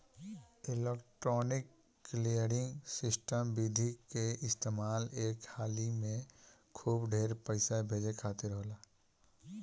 electronic clearing system विधि के इस्तेमाल एक हाली में खूब ढेर पईसा भेजे खातिर होला